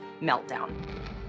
meltdown